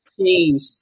changed